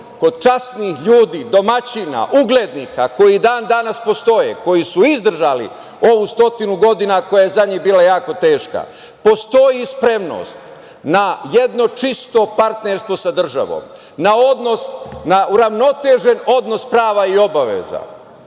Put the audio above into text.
kod časnih ljudi, domaćina, uglednika, koji dan danas postoje, koji su izdržali ovu stotinu godina koja je za njih bila jako teška. Postoji spremnost na jedno čisto partnerstvo sa državom, na uravnotežen odnos prava i obaveza